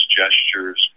gestures